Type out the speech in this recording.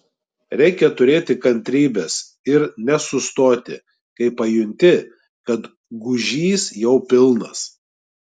reikia turėti kantrybės ir nesustoti kai pajunti kad gūžys jau pilnas